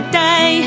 day